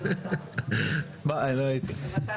הוא מופיע גם בסעיף אחר, אז אני לא אקרא אותו.